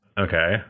Okay